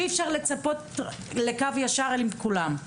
ואי-אפשר לצפות לקו ישר עם כולן.